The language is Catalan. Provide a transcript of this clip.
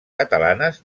catalanes